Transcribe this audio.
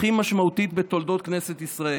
הכי משמעותית בתולדות כנסת ישראל.